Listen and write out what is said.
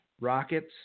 Rockets